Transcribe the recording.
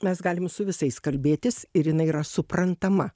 mes galim su visais kalbėtis ir jinai yra suprantama